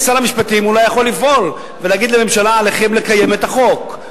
אולי שר המשפטים יכול לפעול ולהגיד לממשלה: עליכם לקיים את החוק.